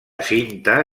cinta